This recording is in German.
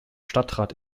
stadtrat